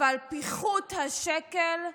אבל פיחות השקל,